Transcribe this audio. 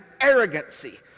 arrogancy